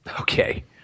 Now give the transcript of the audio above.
Okay